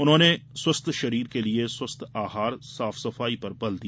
उन्होंने स्वस्थ शरीर के लिए स्वस्थ आहार साफ सफाई पर बल दिया